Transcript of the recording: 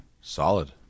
solid